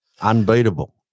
Unbeatable